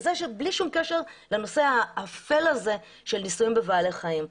זה בלי שום קשר לנושא האפל הזה של ניסויים בבעלי חיים.